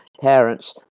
parents